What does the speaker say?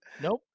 Nope